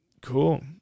cool